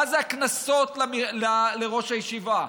מה זה הקנסות לראש הישיבה?